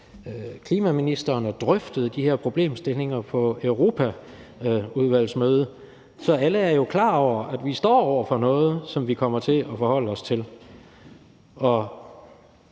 med klimaministeren og drøftet de her problemstillinger på europaudvalgsmøder. Så alle er jo klar over, at vi står over for noget, som vi kommer til at forholde os til.